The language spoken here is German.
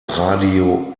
radio